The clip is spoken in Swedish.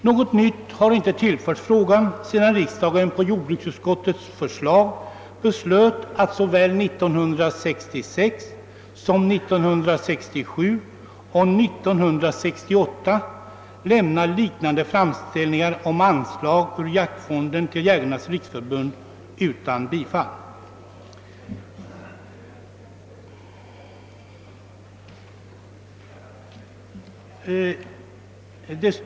Något nytt har inte tillförts frågan sedan riksdagen på jordbruksutskottets förslag såväl 1966 som 1967 och 1968 beslöt lämna liknande framställningar om anslag ur jaktvårdsfonden till Jägarnas riksförbund utan bifall.